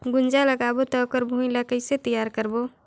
गुनजा लगाबो ता ओकर भुईं ला कइसे तियार करबो?